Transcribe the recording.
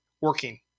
working